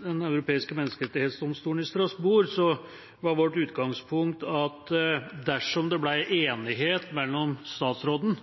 Den europeiske menneskerettighetsdomstolen i Strasbourg, var vårt utgangspunkt at dersom det ble enighet mellom statsråden